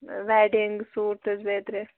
wedding suit حظ بیٚترِ